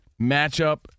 matchup